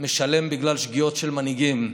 שמשלם בגלל שגיאות של מנהיגים,